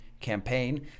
campaign